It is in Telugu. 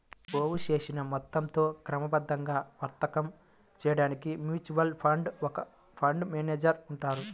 పోగుచేసిన మొత్తంతో క్రమబద్ధంగా వర్తకం చేయడానికి మ్యూచువల్ ఫండ్ కు ఒక ఫండ్ మేనేజర్ ఉంటారు